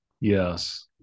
Yes